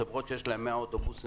חברות שיש להן 100 אוטובוסים,